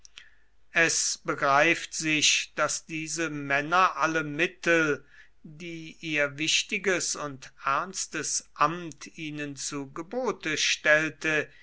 es begreift sich daß diese männer alle mittel die ihr wichtiges und ernstes amt ihnen zu gebote stellte